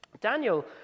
Daniel